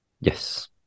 Yes